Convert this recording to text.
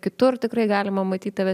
kitur tikrai galima matyt tave